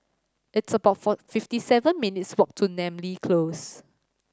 it's about four fifty seven minutes' walk to Namly Close